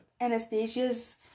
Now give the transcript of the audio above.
anastasia's